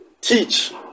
teach